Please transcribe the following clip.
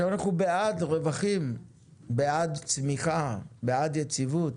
אנחנו בעד רווחים, בעד צמיחה, בעד יציבות.